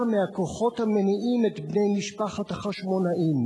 מהכוחות המניעים את בני משפחת החשמונאים.